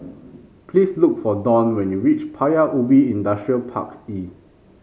please look for Dawn when you reach Paya Ubi Industrial Park E